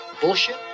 bullshit